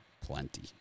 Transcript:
Plenty